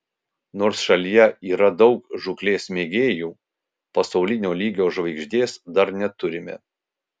nors šalyje yra daug žūklės mėgėjų pasaulinio lygio žvaigždės dar neturime